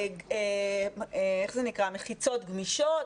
מחיצות גמישות,